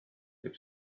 jääb